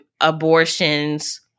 abortions